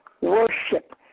worship